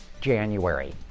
January